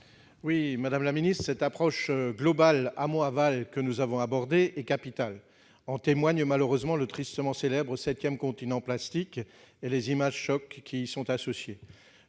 Oui, Madame la Ministre, cette approche globale amont aval que nous avons abordé est capital en témoignent malheureusement le tristement célèbre 7ème continent plastique et les images choc qui y sont associés,